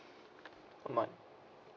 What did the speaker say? oh mart